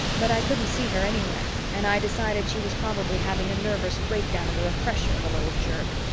but i couldn't see her anywhere and i decided she was probably having a nervous breakdown in the refresher, the little jerk.